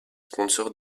sponsors